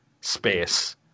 space